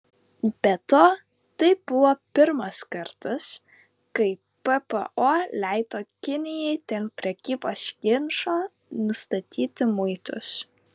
be to tai buvo pirmas kartas kai ppo leido kinijai dėl prekybos ginčo nustatyti muitus